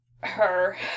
her-